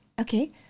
okay